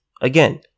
again